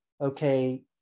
okay